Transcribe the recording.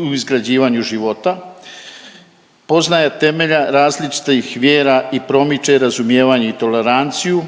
u izgrađivanju života, poznaje temelje različitih vjera i promiče razumijevanje i toleranciju,